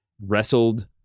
wrestled